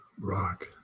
rock